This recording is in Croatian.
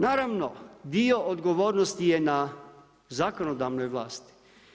Naravno, dio odgovornosti je na zakonodavnoj vlasti.